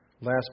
last